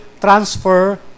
transfer